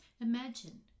imagine